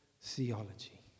theology